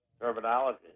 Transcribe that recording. terminology